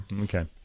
Okay